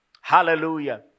Hallelujah